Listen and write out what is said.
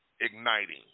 igniting